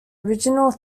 original